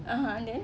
(uh huh) then